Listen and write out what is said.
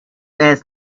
ask